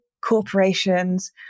corporations